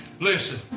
Listen